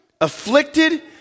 afflicted